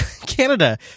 Canada